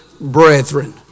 brethren